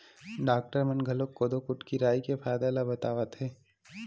doctor मन घलोक कोदो, कुटकी, राई के फायदा ल बतावत हे